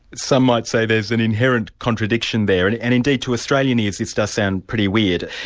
some might say there's an inherent contradiction there, and and indeed to australian ears, this does sound pretty weird.